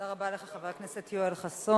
תודה רבה לך, חבר הכנסת יואל חסון.